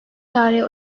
tarihi